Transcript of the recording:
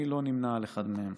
אני לא נמנה עם אחד מהם.